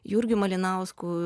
jurgiu malinausku